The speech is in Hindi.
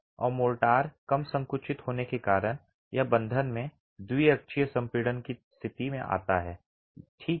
और मोर्टार कम संकुचित होने के कारण यह बंधन में त्रिअक्षीय संपीड़न की स्थिति में आता है ठीक है